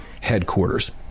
headquarters